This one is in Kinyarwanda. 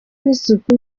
n’isuku